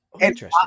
interesting